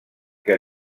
que